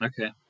Okay